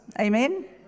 Amen